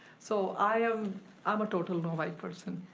so i'm um a total novi person.